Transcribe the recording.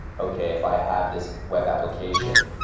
okay. if i have this web application,